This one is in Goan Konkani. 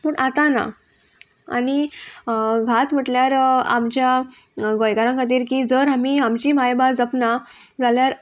पूण आतां ना आनी घात म्हटल्यार आमच्या गोंयकारां खातीर की जर आमी आमची मायभास जपना जाल्यार